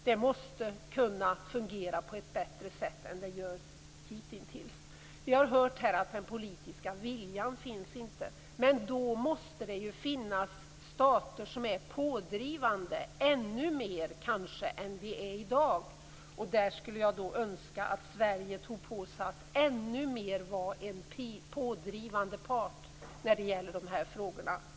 Det måste kunna fungera på ett bättre sätt än vad det har gjort hitintills. Vi har hört här att den politiska viljan inte finns. Men då måste det finnas stater som är pådrivande - kanske ännu mer pådrivande än de är i dag! Jag skulle önska att Sverige tog på sig att ännu mer vara en pådrivande part i de här frågorna.